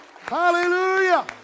Hallelujah